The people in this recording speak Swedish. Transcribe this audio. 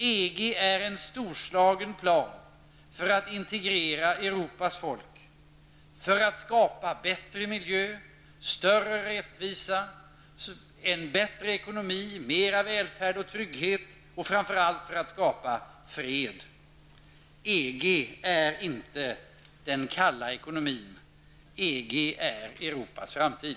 EG är en storslagen plan för att integrera Europas folk, för att skapa bättre miljö, större rättvisa, en bättre ekonomi, mer välfärd och trygghet och framför allt för att skapa fred. EG är inte den kalla ekonomin -- EG är Europas framtid.